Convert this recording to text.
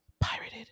Pirated